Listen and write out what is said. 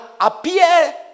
appear